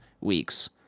weeks